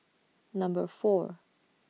Number four